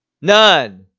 None